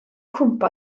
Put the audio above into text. cwympo